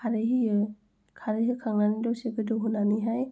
खारै होयो खारै होखांनानै दसे गोदौ होनानैहाय